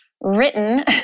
written